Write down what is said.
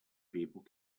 people